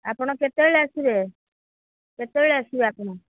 ଆପଣ କେତେବେଳେ ଆସିବେ କେତେବେଳେ ଆସିବେ ଆପଣ